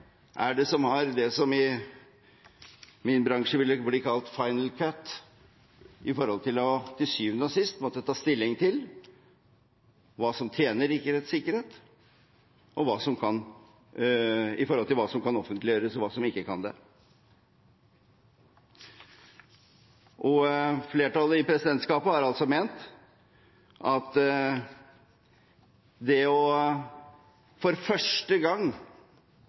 er det som har det som i min bransje ville blitt kalt «final cut» – som til syvende og sist må ta stilling til hva som tjener rikets sikkerhet når det gjelder hva som kan offentliggjøres, og hva som ikke kan det? Flertallet i presidentskapet har altså ment at for første gang